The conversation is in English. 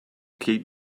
keep